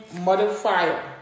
modifier